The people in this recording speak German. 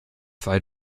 zwei